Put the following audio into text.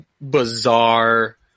bizarre